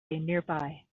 nearby